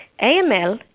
AML